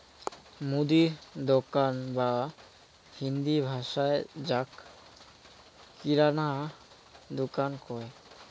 মুদির দোকান বা হিন্দি ভাষাত যাক কিরানা দুকান কয়